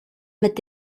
mit